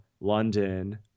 london